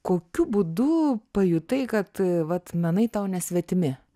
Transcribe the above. kokiu būdu pajutai kad vat menai tau nesvetimi